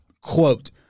quote